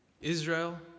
Israel